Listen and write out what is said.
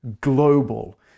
global